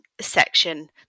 section